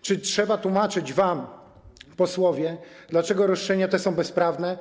czy trzeba tłumaczyć wam, posłowie, dlaczego roszczenia te są bezprawne?